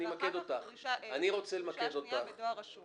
דרישה שנייה בדואר רשום.